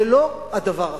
זה לא הדבר הזה,